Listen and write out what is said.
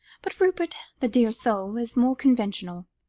but rupert, the dear soul, is more conventional.